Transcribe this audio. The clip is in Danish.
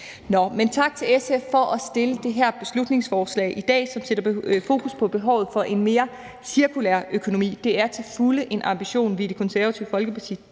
tak til SF for at fremsætte det her beslutningsforslag, som sætter fokus på behovet for en mere cirkulær økonomi. Det er til fulde en ambition, vi i Det Konservative Folkeparti